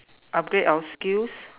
upgrade our skills